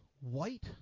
white